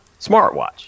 smartwatch